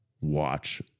watch